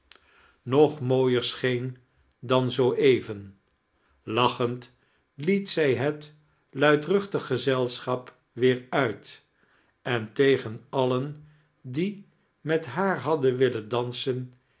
nog mooier scheen dan zoo even lachend met zij het luidruchtig gezelschap weer uit en tegen alien die met haar hadden willen dansen